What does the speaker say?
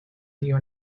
neo